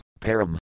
Param